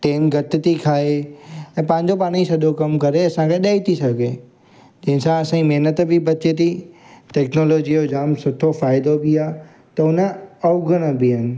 time घटि थी खाए ऐं पंहिंजो पाणेई सॼो कमु करे असांखे ॾेई थी सघे जंहिं सां असांजी महिनत बि बचे थी टेक्नोलॉजीअ जो जाम सुठो फ़ाइदो बि आहे त उहे अवगुण बि आहिनि